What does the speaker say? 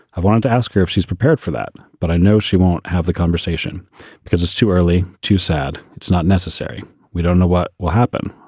i wanted to ask her if she's prepared for that. but i know she won't have the conversation because it's too early to sad. it's not necessary. we don't know what will happen.